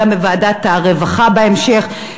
גם בוועדת העבודה והרווחה בהמשך,